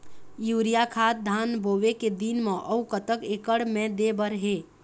Urea खाद धान बोवे के दिन म अऊ कतक एकड़ मे दे बर हे?